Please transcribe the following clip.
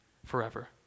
forever